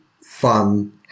fun